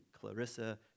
Clarissa